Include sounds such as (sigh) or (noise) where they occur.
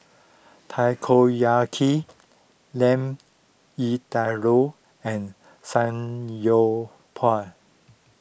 Takoyaki Lamb (unintelligible) and Samgyeopsal